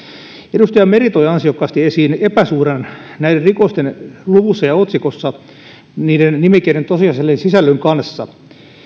edustaja meri toi ansiokkaasti esiin epäsuhdan näiden rikosten luvuissa ja otsikoissa niiden nimikkeiden tosiasiallisen sisällön kanssa